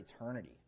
eternity